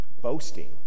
boasting